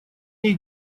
ней